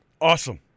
Awesome